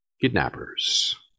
kidnappers